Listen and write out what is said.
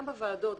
גם בוועדות,